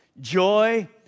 joy